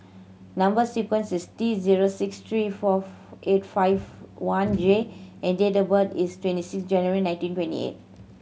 number sequence is T zero six three four eight five one J and date of birth is twenty six January nineteen twenty eight